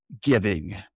giving